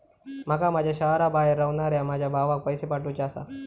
माका माझ्या शहराबाहेर रव्हनाऱ्या माझ्या भावाक पैसे पाठवुचे आसा